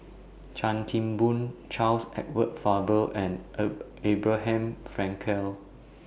Chan Kim Boon Charles Edward Faber and Abraham Frankel